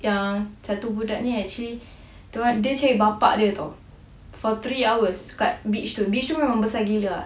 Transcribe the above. yang satu budak ni actually dia carik bapa dia [tau] for three hours kat beach tu beach tu memang besar gila ah